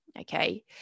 okay